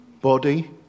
Body